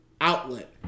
outlet